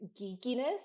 geekiness